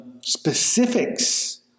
specifics